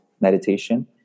meditation